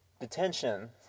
detention